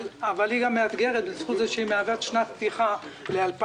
אבל היא מאתגרת גם בזכות זה שהיא מהווה שנת פתיחה ל-2020.